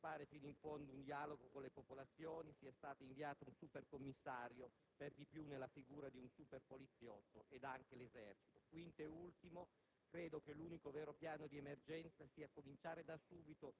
Quarto: è inaccettabile che, invece di sviluppare fino in fondo un dialogo con le popolazioni, siano stati inviati in Campania un supercommissario, per di più nella figura di un superpoliziotto, e l'Esercito. Quinto ed ultimo